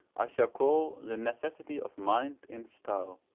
i shall call the necessity of mind in style.